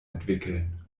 entwickeln